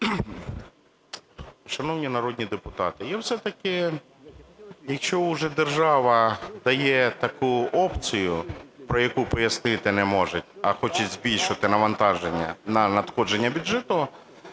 Шановні народні депутати, якщо уже держава дає таку опцію, про яку пояснити не можуть, а хочуть збільшити навантаження на надходження бюджету,